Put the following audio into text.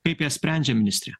kaip ją sprendžia ministre